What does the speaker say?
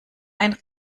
ein